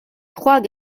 trois